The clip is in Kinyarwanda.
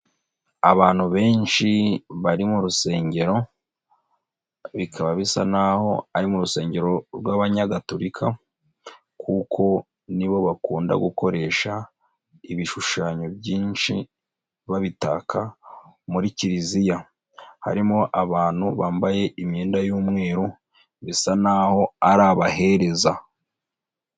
Abantu benshi bari mu rusengero, bikaba bisa n'aho ari mu rusengero rw'abanyagatulika kuko nibo bakunda gukoresha ibishushanyo byinshi babitaka muri kiliziya, harimo abantu bambaye imyenda y'umweru, bisa n'aho ari abahereza.